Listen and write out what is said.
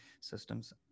systems